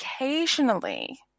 occasionally